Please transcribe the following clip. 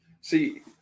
See